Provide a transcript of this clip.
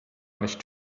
nicht